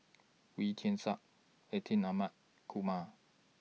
Wee Tian Siak Atin Amat Kumar